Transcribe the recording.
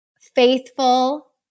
faithful